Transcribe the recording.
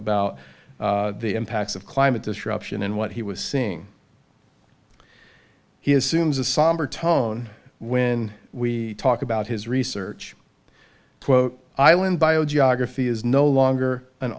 about the impacts of climate disruption and what he was seeing he assumes a somber tone when we talk about his research quote island biogeography is no longer an